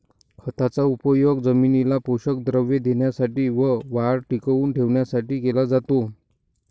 खताचा उपयोग जमिनीला पोषक द्रव्ये देण्यासाठी व वाढ टिकवून ठेवण्यासाठी केला जातो